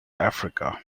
africa